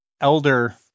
elder